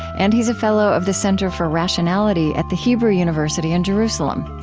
and he's a fellow of the center for rationality at the hebrew university in jerusalem.